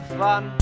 fun